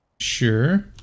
Sure